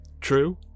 True